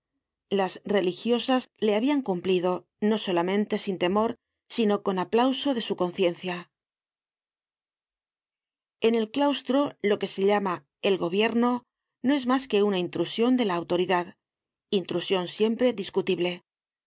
las religiosas le habian cumplido no solamente sin temor sino con aplauso de su conciencia en el claustro lo que se llama el gobierno no es mas que una intrusion de la autoridad intrusion siempre discutible lo